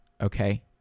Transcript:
okay